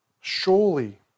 Surely